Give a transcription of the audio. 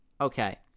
okay